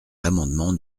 l’amendement